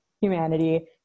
humanity